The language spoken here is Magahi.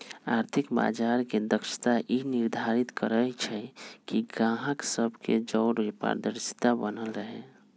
आर्थिक बजार के दक्षता ई निर्धारित करइ छइ कि गाहक सभ के जओरे पारदर्शिता बनल रहे